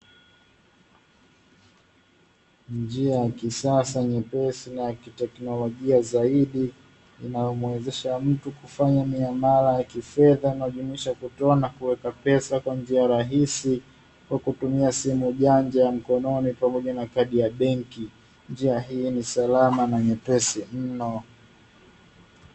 Njia ya kisasa nyepesi na ya kiteknolojia zaidi inayomuwezesha mtu kufanya miamala ya kifedha inayojumuisha kutoa na kuweka fedha kwa njia rahisi kwa kutumia simu janja ya mkononi pamoja na kadi ya benki, njia hii ni salama na nyepesi mno.